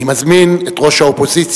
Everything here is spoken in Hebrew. אני מזמין את ראש האופוזיציה,